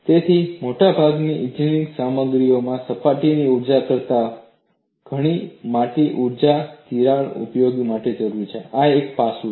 તેથી મોટાભાગની ઈજનેરી સામગ્રીઓમાં સપાટીની ઊર્જા કરતાં ઘણી મોટી ઊર્જા તિરાડ ઉગાડવા માટે જરૂરી છે આ એક પાસું છે